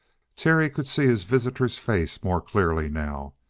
terry could see his visitor's face more clearly now.